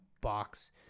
box